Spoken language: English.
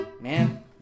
man